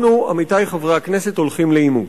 אנחנו, עמיתי חברי הכנסת, הולכים לעימות.